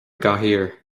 gcathaoir